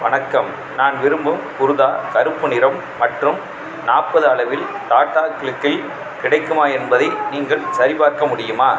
வணக்கம் நான் விரும்பும் குர்தா கருப்பு நிறம் மற்றும் நாற்பது அளவில் டாடா க்ளிக்கில் கிடைக்குமா என்பதை நீங்கள் சரிபார்க்க முடியுமா